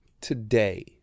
today